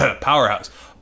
powerhouse